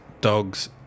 dogs